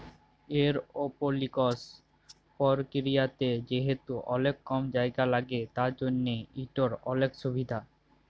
এরওপলিকস পরকিরিয়াতে যেহেতু অলেক কম জায়গা ল্যাগে তার জ্যনহ ইটর অলেক সুভিধা